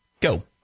Go